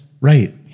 Right